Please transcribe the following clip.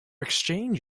exchange